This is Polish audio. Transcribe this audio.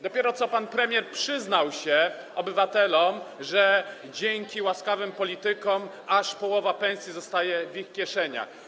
Dopiero co pan premier przyznał się obywatelom, że dzięki łaskawym politykom aż połowa pensji zostaje im w kieszeniach.